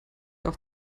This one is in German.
auch